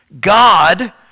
God